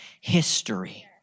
history